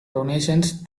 donations